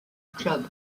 club